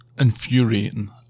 infuriating